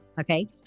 okay